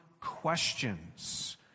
questions